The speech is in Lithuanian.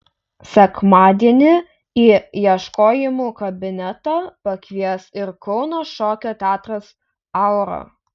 sekmadienį į ieškojimų kabinetą pakvies ir kauno šokio teatras aura